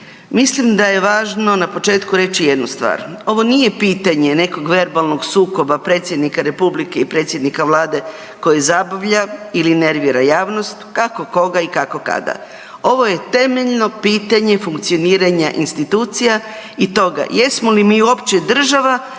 Mislim da je važno na početku reći jednu stvar. Ovo nije pitanje nekog verbalnog sukoba Predsjednika Republike i predsjednika Vlade koji zabavlja ili nervira javnost, kako koga i kako kada, ovo je temeljno pitanje funkcioniranja institucija i toga jesmo li mi uopće država